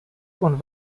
und